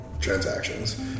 transactions